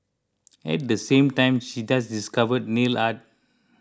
and at the same time she just discovered nail art